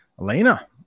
elena